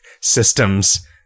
systems